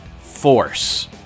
force